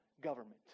government